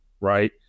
right